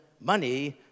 money